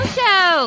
show